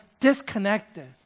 disconnected